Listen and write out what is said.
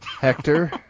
Hector